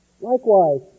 likewise